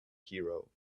hero